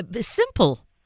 simple